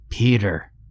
Peter